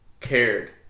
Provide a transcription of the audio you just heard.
cared